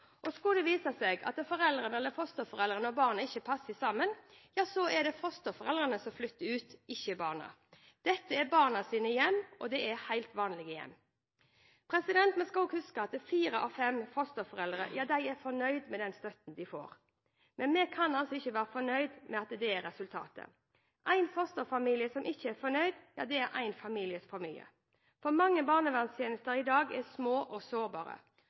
Og skulle det vise seg at fosterforeldrene og barna ikke «passer sammen», er det fosterforeldrene som flytter ut, ikke barna. Dette er barnas hjem, og det er helt «vanlige hjem». Vi skal også huske at fire av fem fosterforeldre er fornøyde med den støtten de får, men vi kan ikke være fornøyd med dette resultatet. En fosterfamilie som ikke er fornøyd, er en familie for mye. Mange barnevernstjenester er i dag små og sårbare.